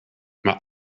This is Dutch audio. maar